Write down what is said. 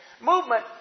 movement